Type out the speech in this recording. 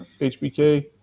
HBK